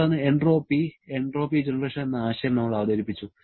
തുടർന്ന് entropy entropy generation എന്ന ആശയം നമ്മൾ അവതരിപ്പിച്ചു